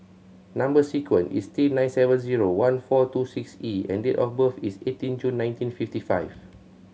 number sequence is T nine seven zero one four two six E and date of birth is eighteen June nineteen fifty five